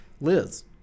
Liz